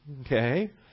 Okay